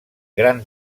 gran